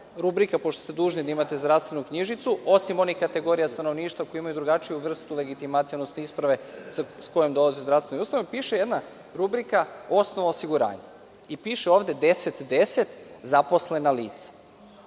rubrika, pošto ste dužni da imate zdravstvenu knjižicu, osim onih kategorija stanovništva koji ima drugačiju vrstu legitimacije, odnosno isprave s kojom dolaze u zdravstvene ustanove – osnov osiguranja. Ovde piše 1010 zaposlena lica. Vi